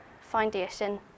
foundation